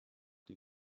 den